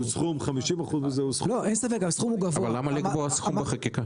אבל למה לקבוע סכום בחקיקה?